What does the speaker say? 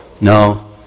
No